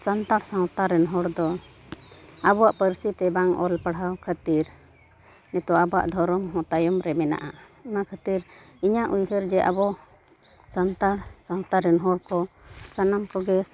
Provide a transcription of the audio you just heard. ᱥᱟᱱᱛᱟᱲ ᱥᱟᱶᱛᱟ ᱨᱮᱱ ᱦᱚᱲ ᱫᱚ ᱟᱵᱚᱣᱟᱜ ᱯᱟᱹᱨᱥᱤ ᱛᱮ ᱵᱟᱝ ᱚᱞ ᱯᱟᱲᱦᱟᱣ ᱠᱷᱟᱹᱛᱤᱨ ᱱᱤᱛᱳᱜ ᱟᱵᱚᱣᱟᱜ ᱫᱷᱚᱨᱚᱢ ᱦᱚᱸ ᱛᱟᱭᱚᱢ ᱨᱮ ᱢᱮᱱᱟᱜᱼᱟ ᱚᱱᱟ ᱠᱷᱟᱹᱛᱤᱨ ᱤᱧᱟᱹᱜ ᱩᱭᱦᱟᱹᱨ ᱡᱮ ᱟᱵᱚ ᱥᱟᱱᱛᱟᱲ ᱥᱟᱶᱛᱟ ᱨᱮᱱ ᱦᱚᱲ ᱠᱚ ᱥᱟᱱᱟᱢ ᱠᱚᱜᱮ